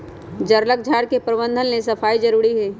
जङगल झार के प्रबंधन लेल सफाई जारुरी हइ